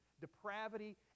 depravity